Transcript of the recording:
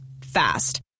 fast